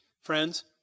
Friends